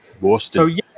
Boston